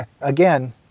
Again